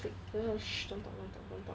wait err shit don't talk don't talk don't talk